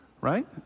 right